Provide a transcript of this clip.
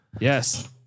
yes